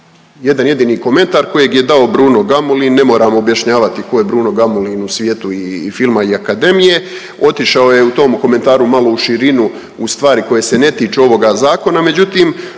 jedan jedini komentar kojeg je dao Bruno Gamulin. Ne moram objašnjavati ko je Bruno Gamulin u svijetu i filma i akademije, otišao je u tom komentaru malo u širinu u stvari koje se ne tiču ovoga zakona, međutim